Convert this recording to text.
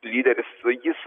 lyderis jis